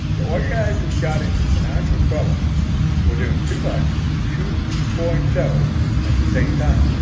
the organizers got into financial trouble for doing too much with two touring shows at the same time.